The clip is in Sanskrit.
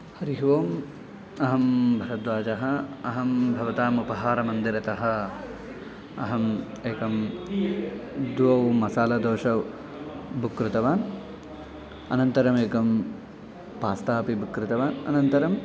हरिः ओम् अहं भरद्वाजः अहं भवताम् उपहारमन्दिरतः अहम् एकं द्वौ मसाला दोशौ बुक्कृतवान् अनन्तरमेकं पास्ता अपि बुक् कृतवान् अनन्तरम्